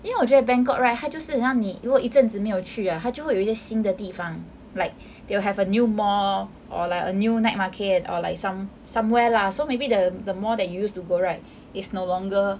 因为我觉得 Bangkok right 他就是好像你如果一阵子没有去啊他就会有一些新的地方 like they will have a new mall or like a new night market or like some somewhere lah so maybe the the mall that you use to go right is no longer